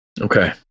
Okay